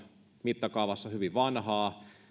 mittakaavassa hyvin vanhaa